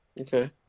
okay